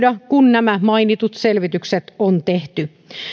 nämä mainitut selvitykset on tehty